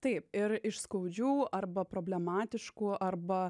taip ir iš skaudžių arba problematiškų arba